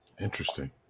interesting